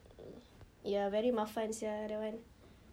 ya very 麻烦 sia that one